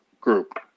group